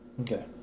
Okay